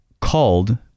called